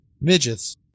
Midgets